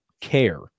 care